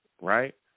right